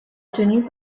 retenue